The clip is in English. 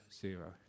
zero